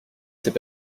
s’est